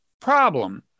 problem